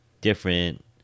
different